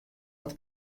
wat